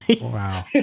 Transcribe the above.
Wow